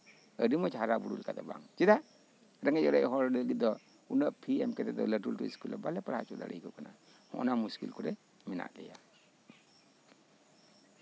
ᱟᱹᱰᱤ ᱢᱚᱸᱡᱽ ᱦᱟᱨᱟᱵᱩᱨᱩ ᱞᱮᱠᱟ ᱫᱚ ᱵᱟᱝ ᱪᱮᱫᱟᱜ ᱨᱮᱸᱜᱮᱪ ᱚᱨᱮᱪ ᱦᱚᱲ ᱞᱟᱹᱜᱤᱫ ᱫᱚ ᱩᱱᱟᱹᱜ ᱯᱷᱤ ᱮᱢ ᱠᱟᱛᱮᱫ ᱫᱚ ᱞᱟᱹᱴᱩ ᱞᱟᱹᱴᱩ ᱥᱠᱩᱞ ᱨᱮ ᱵᱟᱞᱮ ᱯᱟᱲᱦᱟᱣ ᱦᱚᱪᱚ ᱫᱟᱲᱮ ᱟᱠᱚ ᱠᱟᱱᱟ ᱚᱱᱟ ᱢᱩᱥᱠᱤᱞ ᱠᱚᱨᱮᱫ ᱢᱮᱱᱟᱜ ᱞᱮᱭᱟ